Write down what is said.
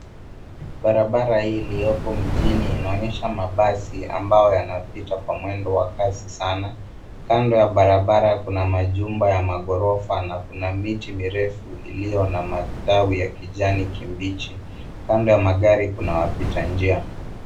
Barabara hii iliyopo mjini inaonyesha mabasi ambayo yanapita kwa mwendo wa kasi sana. Kando ya barabara kuna majumba ya magorofa na kuna miti mirefu iliyo na matawi ya kijani kibichi. Kando ya magari kuna wapita njia.